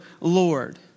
Lord